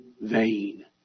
vain